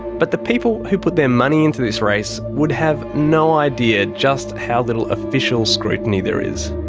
but the people who put their money into this race would have no idea just how little official scrutiny there is.